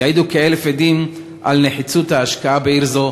יעידו כאלף עדים על נחיצות ההשקעה בעיר זו,